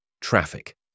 traffic